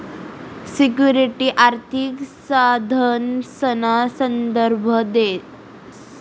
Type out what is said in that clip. security आर्थिक साधनसना संदर्भ देस